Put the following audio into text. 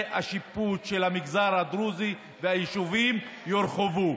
השיפוט של המגזר הדרוזי והיישובים יורחבו.